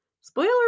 Spoiler